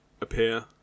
appear